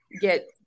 get